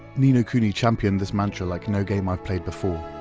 ni no kuni championed this mantra like no game i've played before.